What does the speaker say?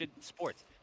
sports